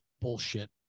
bullshit